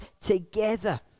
together